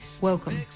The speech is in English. welcome